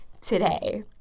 today